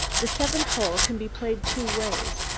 the seventh hole can be played two ways.